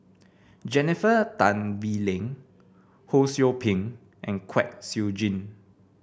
Jennifer Tan Bee Leng Ho Sou Ping and Kwek Siew Jin